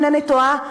אם אינני טועה,